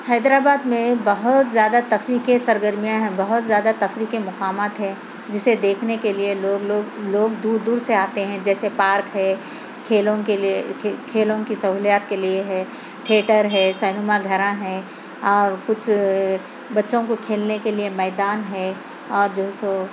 حیدرآباد میں بہت زیادہ تفریح کے سرگرمیاں ہیں بہت زیادہ تفریح کے مقامات ہیں جسے دیکھنے کے لیے لوگ لوگ لوگ دور دور سے آتے ہیں جیسے پارک ہے کھیلوں کے لئے کھیلوں کی سہولیات کے لئے ہے ٹھیٹر ہے سینما گھر ہیں اور کچھ بچوں کو کھیلنے کے لئے میدان ہے اور جو ہے سو